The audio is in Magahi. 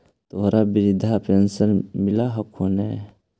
तोहरा वृद्धा पेंशन मिलहको ने?